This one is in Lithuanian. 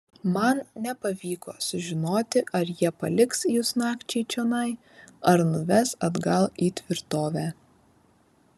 man nepavyko sužinoti ar jie paliks jus nakčiai čionai ar nuves atgal į tvirtovę